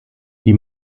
die